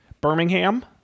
Birmingham